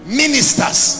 ministers